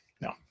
No